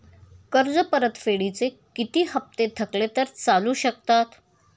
कर्ज परतफेडीचे किती हप्ते थकले तर चालू शकतात?